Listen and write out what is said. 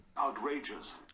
Outrageous